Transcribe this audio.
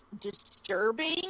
disturbing